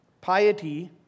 Piety